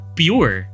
pure